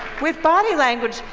with body language,